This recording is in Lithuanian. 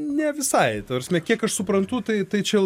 ne visai ta prasme kiek aš suprantu tai tai čia